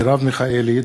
מרב מיכאלי,